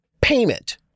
payment